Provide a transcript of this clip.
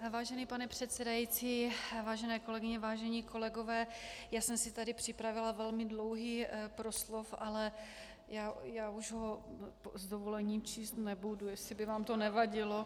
Vážený pane předsedající, vážené kolegyně, vážení kolegové, já jsem si tady připravila velmi dlouhý proslov, ale už ho s dovolením číst nebudu, jestli by vám to nevadilo.